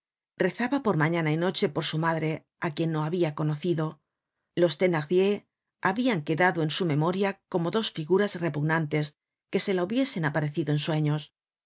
rezaba por mañana y noche por su madre á quien no habia conocido los thenardier habian quedado en su memoria como dos figuras repugnantes que se la hubiesen aparecido en sueños